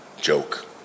joke